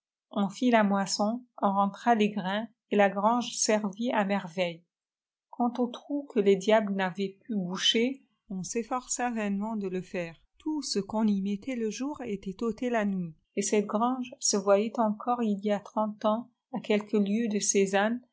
on fit la moisson on rentra les grains et la grange servit à mer veille quant au trou que les diables n'avaient pu boucher ooi s'eifforça vainement de le faire tout ce qu'on y mettait le joiar était ôté la nuit et cette grange se voyait encore il y a trente ans à quelques lieues de